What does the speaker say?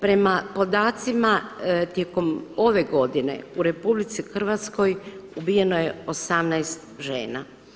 Prema podacima tijekom ove godine u RH ubijeno je 18 žena.